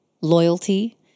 loyalty